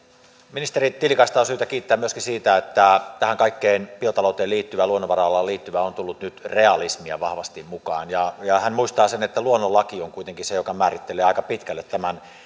ministeri tiilikaista on syytä kiittää myöskin siitä että tähän kaikkeen biotalouteen liittyvään luonnonvara alaan liittyvään on tullut nyt realismia vahvasti mukaan ja ja hän muistaa sen että luonnonlaki on kuitenkin se joka määrittelee aika pitkälle tämän